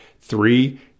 Three